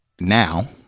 Now